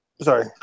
Sorry